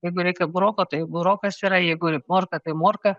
jeigu reikia buroko tai burokas yra jeigu ir morka tai morka